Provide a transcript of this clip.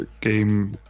game